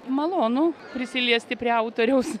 malonu prisiliesti prie autoriaus